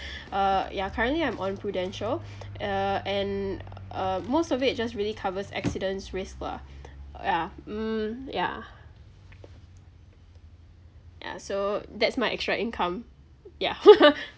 uh ya currently I'm on prudential uh and uh most of it just really covers accidents risks lah yeah mm yeah ya so that's my extra income yeah